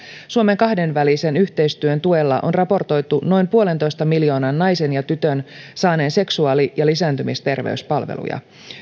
suomen kahdenvälisen yhteistyön tuella on raportoitu noin puolentoista miljoonan naisen ja tytön saaneen seksuaali ja lisääntymisterveyspalveluja